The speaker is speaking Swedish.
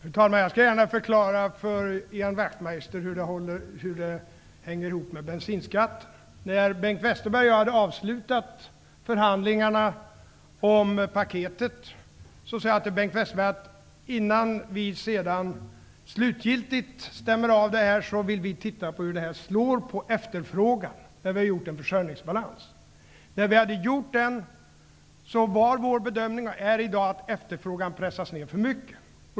Fru talman! Jag skall gärna förklara för Ian Wachtmeister hur det hänger ihop med bensinskatten. När Bengt Westerberg hade avslutat förhandlingarna om krispaketet, sade jag till Bengt Westerberg att vi ville titta på hur det slår på efterfrågan, innan vi slutgiltigt stämmer av -- vi hade ju en försörjningsbalans. När vi hade gjort det var vår bedömning, och är i dag, att efterfrågan pressades ned för mycket.